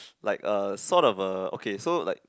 like uh sort of a okay so like